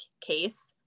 case